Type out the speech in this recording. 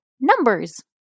numbers